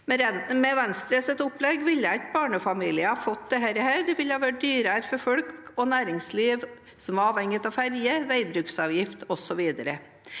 Med Venstres opplegg ville ikke barnefamilier fått dette. Det ville ha vært dyrere for folk og næringsliv som er avhengige av ferje, veibruksavgift osv.